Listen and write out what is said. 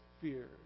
fear